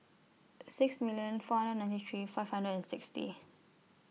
six million four hundred ninety three five hundred and sixty